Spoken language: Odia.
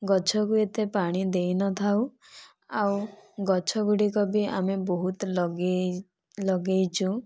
ଗଛକୁ ଏତେ ପାଣି ଦେଇନଥାଉ ଆଉ ଗଛ ଗୁଡ଼ିକ ବି ଆମେ ବହୁତ ଲଗେଇ ଲଗେଇଛୁ